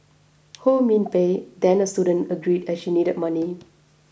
Ho Min Pei then a student agreed as she needed money